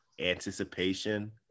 anticipation